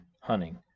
hunting